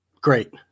great